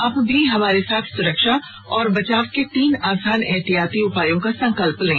आप भी हमारे साथ सुरक्षा और बचाव के तीन आसान एहतियाती उपायों का संकल्प लें